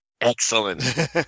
Excellent